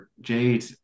Jade